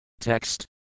Text